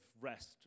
rest